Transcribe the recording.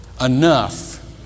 enough